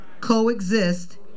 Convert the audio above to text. coexist